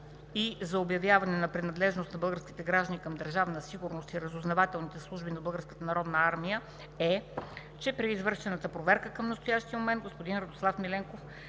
и за обявяване на принадлежност на българските граждани към държавна сигурност и разузнавателните служби на Българската народна армия е, че при извършената проверка към настоящия момент за господин Радослав Миленков